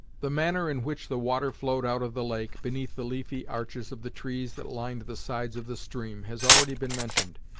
the manner in which the water flowed out of the lake, beneath the leafy arches of the trees that lined the sides of the stream, has already been mentioned,